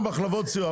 לכל המחלבות סיוע,